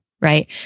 right